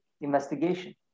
investigation